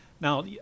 now